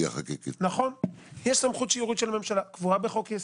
היא קבועה בחוק יסוד.